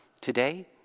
today